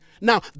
now